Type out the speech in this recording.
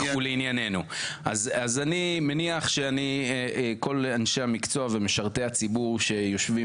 אני מניח שכל אנשי המקצוע ומשרתי הציבור שיושבים